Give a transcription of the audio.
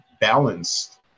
balanced